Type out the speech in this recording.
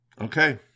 Okay